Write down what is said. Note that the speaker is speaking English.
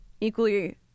equally